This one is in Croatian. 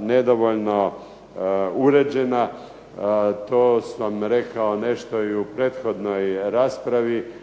nedovoljno uređena. To sam rekao nešto i u prethodnoj raspravi.